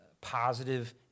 positive